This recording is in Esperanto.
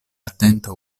atenta